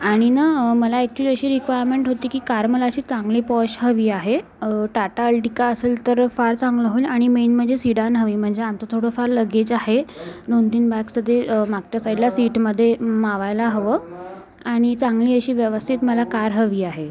आनि ना मला ॲक्चुली अशी रिक्वायरमेंट होती की कार मला अशी चांगली पॉश हवी आहे टाटा अल्टीका असेल तर फार चांगलं होईल आणि मेन म्हनजे सिडान हवी म्हनजे आमचं थोडंफार लगेज आहे दोनतीन बॅगचं ते मागच्या साईडला सीटमध्ये मावायला हवं आनि चांगली अशी व्यवस्थित मला कार हवी आहे